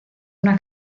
una